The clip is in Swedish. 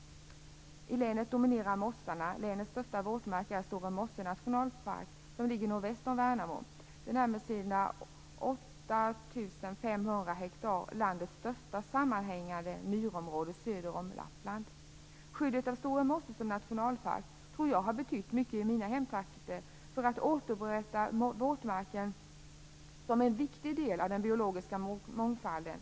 I länet dominerar mossarna. Länets största våtmark är Store mosse nationalpark som ligger nordväst om Värnamo. Den är med sina 8 500 hektar landets största sammanhängande myrområde söder om Jag tror att skyddet av Store mosse som nationalpark har betytt mycket i mina hemtrakter för ett återupprättande av våtmarken som en viktig del av den biologiska mångfalden.